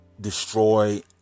destroy